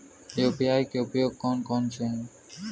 UPI के उपयोग कौन कौन से हैं?